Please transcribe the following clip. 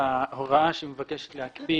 זה מחייב תכנון של התוכניות הארציות,